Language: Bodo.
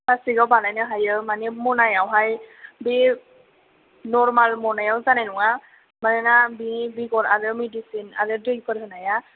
फ्लास्टिक आव बानायनो हायो मानि मनायावहाय बे नरमाल मनायाव जानाय नङा मानोना बे बेगर आरो मेदिसिन आरो दैफोर होनाया